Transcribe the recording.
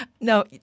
No